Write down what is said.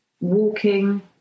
walking